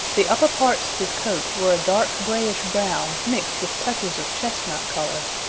the upper parts of his coat were a dark grayish-brown mixed with touches of chestnut color.